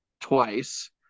twice